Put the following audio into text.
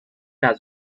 has